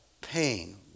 pain